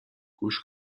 گوش